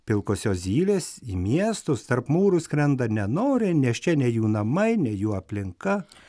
pilkosios zylės į miestus tarp mūrų skrenda nenoriai nes čia ne jų namai ne jų aplinka